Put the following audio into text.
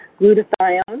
glutathione